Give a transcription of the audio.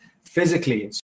physically